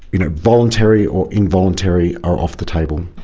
you know voluntary or involuntary, are off the table?